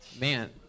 Man